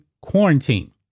quarantine